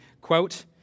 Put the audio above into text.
quote